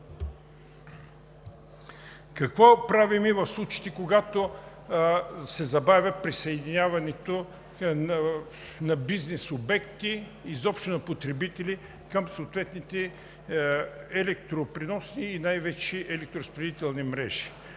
Какво правим в случаите, когато се забавя присъединяването на бизнес обекти, изобщо на потребители към съответните електропреносни и най-вече електроразпределителни мрежи?